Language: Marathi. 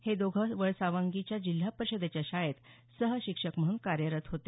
हे दोघे वळसवंगीच्या जिल्हा परिषदेच्या शाळेत सहशिक्षक म्हणून कार्यरत होते